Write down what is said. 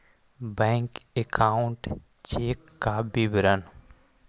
Bank account check का विवरण?